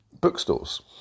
bookstores